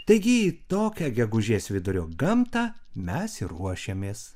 taigi į tokią gegužės vidurio gamtą mes ir ruošiamės